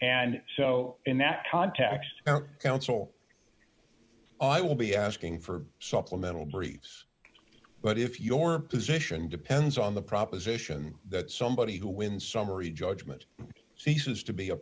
and so in that context counsel i will be asking for supplemental briefs but if your position depends on the proposition that somebody who wins summary judgment ceases to be a